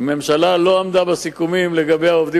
הממשלה לא עמדה בסיכומים לגבי הפועלים